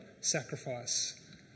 sacrifice